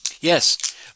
Yes